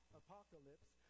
apocalypse